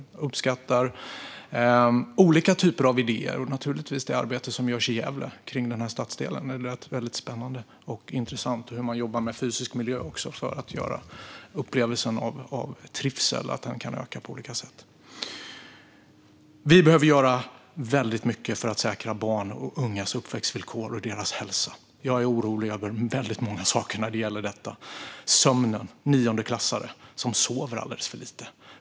Jag uppskattar olika typer av idéer och naturligtvis det arbete som görs i Gävle och i stadsdelen där. Det lät spännande och intressant, också när det gäller hur man jobbar med fysisk miljö för att öka upplevelsen av trivsel på olika sätt. Vi behöver göra mycket för att säkra barns och ungas uppväxtvillkor och hälsa. Jag är orolig över många saker när det gäller detta. Hur går det med sömnen hos niondeklassare som sover alldeles för lite?